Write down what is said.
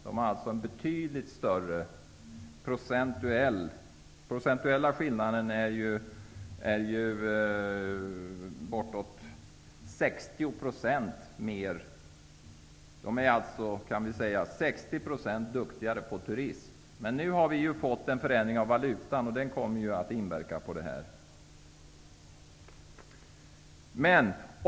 Den procentuella skillnaden är alltså bortåt 60 %. Man skulle kunna säga att danskarna är 60 % duktigare på turism. Nu har vi emellertid fått en förändring av valutan, och den kommer att vara av betydelse i det här sammanhanget.